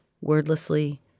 wordlessly